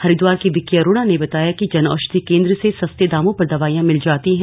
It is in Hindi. हरिद्वार के विकी अरोड़ा ने बताया कि जन औशधि केंद्र से सस्ते दामों पर दवाईयां भिल जाती हैं